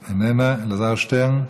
איננה, אלעזר שטרן,